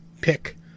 pick